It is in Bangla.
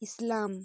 ইসলাম